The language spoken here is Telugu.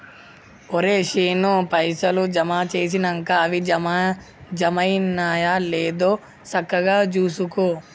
ఒరే శీనూ, పైసలు జమ జేసినంక అవి జమైనయో లేదో సక్కగ జూసుకో